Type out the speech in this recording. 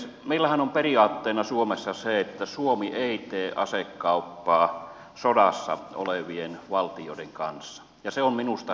meillähän on periaatteena suomessa se että suomi ei tee asekauppaa sodassa olevien valtioiden kanssa ja se on minusta hyvä periaate